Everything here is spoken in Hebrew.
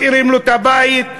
משאירים לו את הבית,